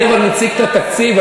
אני מציג את התקציב,